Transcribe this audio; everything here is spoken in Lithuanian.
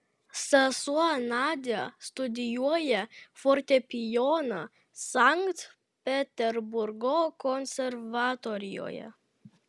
sesuo nadia studijuoja fortepijoną sankt peterburgo konservatorijoje